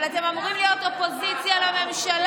אבל אתם אמורים להיות אופוזיציה לממשלה,